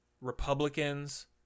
Republicans